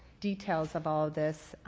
details of all this.